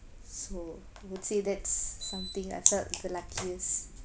so would say that's something I felt the luckiest